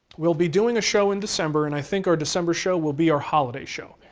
we'll be doing a show in december, and i think our december show will be our holiday show.